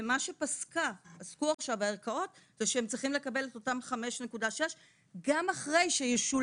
ומה שפסקו הערכאות זה שהם צריכים לקבל את אותם 5.6. גם אחרי שישולם